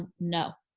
no,